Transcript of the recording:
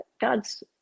God's